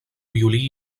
violí